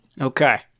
Okay